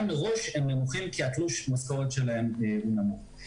מראש הם נמוכים כי תלוש המשכורת שלהם נמוך.